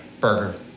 burger